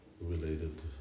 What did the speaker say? related